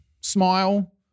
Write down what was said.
smile